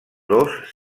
dos